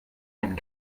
einen